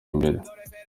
imbere